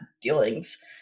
dealings